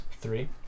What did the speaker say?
three